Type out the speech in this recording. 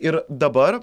ir dabar